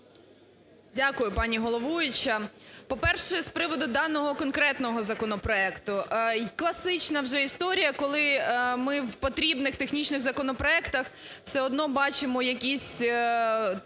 Дякую, пані головуюча. По-перше, з приводу даного конкретного законопроекту. Класична вже історія, коли ми в потрібних технічних законопроектах все одно бачимо якісь